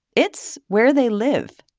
it's where they live